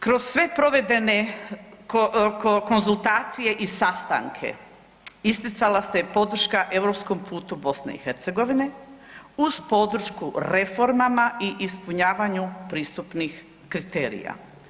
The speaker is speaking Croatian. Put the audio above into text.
Kroz sve provedbene konzultacije i sastanke isticala se podrška europskom putu BiH uz podršku reformama i ispunjavanju pristupnih kriterija.